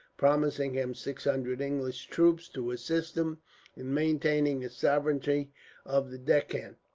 promising him six hundred english troops to assist him in maintaining his sovereignty of the deccan,